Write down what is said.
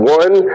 one